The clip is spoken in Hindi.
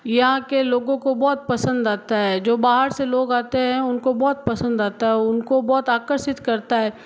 यहाँ के लोगों को बहुत पसंद आता है जो बाहर से लोग आते हैं उनको बहुत पसंद आता है उनको बहुत आकर्षित करता है